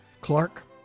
Clark